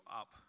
up